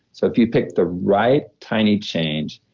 so if you pick the right tiny change,